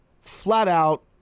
flat-out